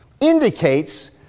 indicates